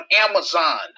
Amazon